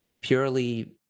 purely